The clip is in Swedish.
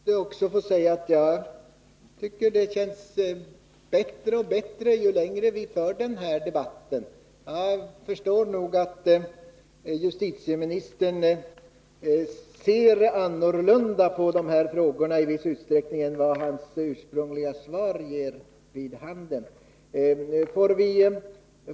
Herr talman! Jag måste få säga att jag tycker att det känns bättre och bättre ju längre vi för den här debatten. Jag förstår nämligen att justitieministern i viss utsträckning ser annorlunda på de här frågorna än vad hans svar ger vid handen.